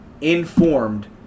informed